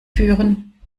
führen